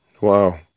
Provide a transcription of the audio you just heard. Wow